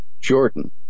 Jordan